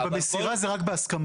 אבל מסירה זה רק בהסכמה.